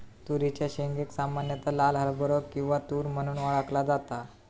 तुरीच्या शेंगेक सामान्यता लाल हरभरो किंवा तुर म्हणून ओळखला जाता